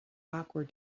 awkward